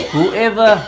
Whoever